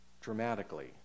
dramatically